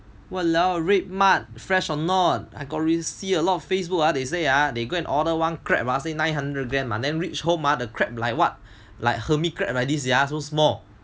!walao! Redmart fresh or not I got see a lot of Facebook ah they say ah they go and order one crab ah say nine hundred grammes ah then reach home ah the crab like what like hermit crab like this sia so small